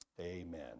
amen